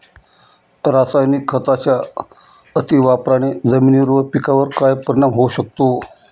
रासायनिक खतांच्या अतिवापराने जमिनीवर व पिकावर काय परिणाम होऊ शकतो?